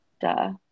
Duh